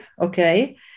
okay